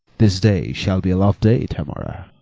this day shall be a love-day, tamora.